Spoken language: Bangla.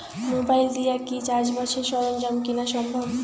মোবাইল দিয়া কি চাষবাসের সরঞ্জাম কিনা সম্ভব?